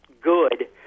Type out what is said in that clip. good